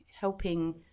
helping